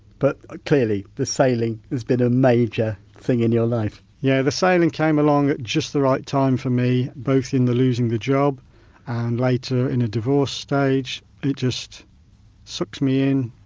but clearly the sailing has been a major thing in your life. albertyeah, yeah the sailing came along at just the right time for me, both in the losing the job and later in a divorce stage, it just sucks me in,